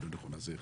זאת האמת.